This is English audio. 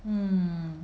mm